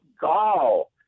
gall